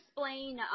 explain